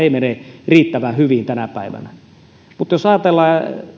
ei mene riittävän hyvin tänä päivänä mutta jos ajatellaan